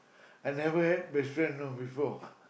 I never had best friend you know before